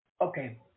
Okay